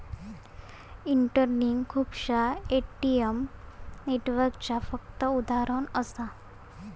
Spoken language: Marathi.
इंटरलिंक खुपश्या ए.टी.एम नेटवर्कचा फक्त उदाहरण असा